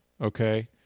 okay